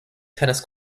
tennis